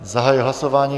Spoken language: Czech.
Zahajuji hlasování.